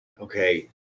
Okay